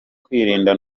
kwirinda